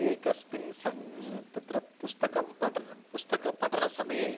एकस्मिन् सङ्घः तत्र पुस्तकं पठनं पुस्तकपठनसमये